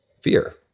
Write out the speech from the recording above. fear